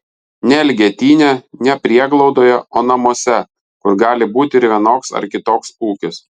ne elgetyne ne prieglaudoje o namuose kur gali būti ir vienoks ar kitoks ūkis